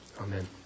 Amen